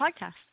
podcast